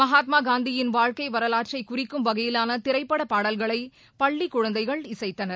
மகாத்மா காந்தியின் வாழ்க்கை வரலாற்றை குறிக்கும் வகையிலான திரைப்பட பாடல்களை பள்ளிக் குழந்தைகள் இசைத்தனர்